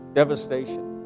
devastation